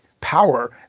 power